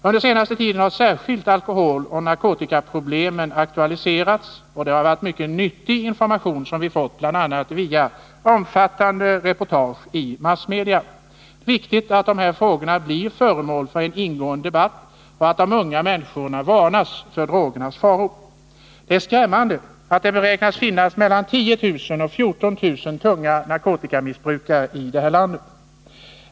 Under den senaste tiden har särskilt alkoholoch narkotikaproblemen aktualiserats, och det har varit en mycket nyttig information som vi har fått bl.a. via omfattande reportage i massmedia. Det är viktigt att dessa frågor blir föremål för en ingående debatt och att de unga människorna varnas för drogernas faror. Det är skrämmande att det beräknas finnas mellan 10 000 och 14 000 tunga narkotikamissbrukare i detta land.